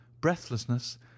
breathlessness